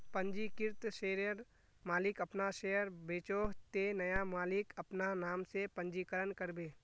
पंजीकृत शेयरर मालिक अपना शेयर बेचोह ते नया मालिक अपना नाम से पंजीकरण करबे